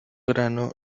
grano